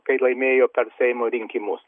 kai laimėjo per seimo rinkimus